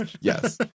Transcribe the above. Yes